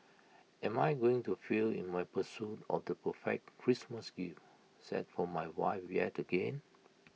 am I going to fail in my pursuit of the perfect Christmas gift set for my wife yet again